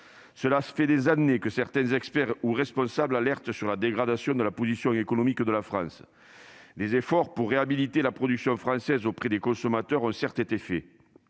Cela fait des années que certains experts ou responsables alertent sur la dégradation de la position économique de la France. Des efforts pour réhabiliter la production française auprès des consommateurs ont certes été réalisés